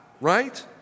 right